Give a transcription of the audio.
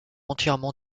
entièrement